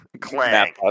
Clang